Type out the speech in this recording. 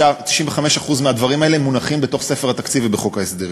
95% מהדברים האלה מונחים בתוך ספר התקציב ובחוק ההסדרים.